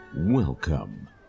Welcome